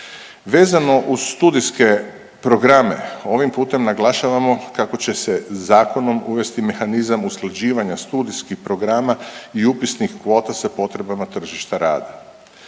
Vezano uz studijske programe ovim putem naglašavamo kako će se zakonom uvesti mehanizam usklađivanja studijskih programa i upisnih kvota sa potrebama tržišta rada.